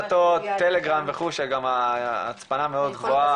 הרשתות טלגרם וכו' שגם ההצפנה מאוד גבוהה